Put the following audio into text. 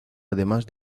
además